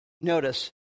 Notice